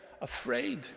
afraid